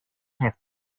have